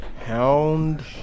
Hound